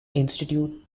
institute